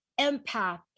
empath